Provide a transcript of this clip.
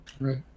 Right